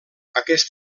aquest